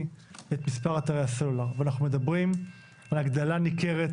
את מספר אתרי הסלולר ואנחנו מדברים על הגדלה ניכרת